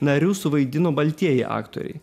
narių suvaidino baltieji aktoriai